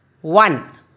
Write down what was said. one